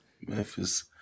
Memphis